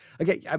Okay